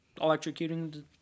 electrocuting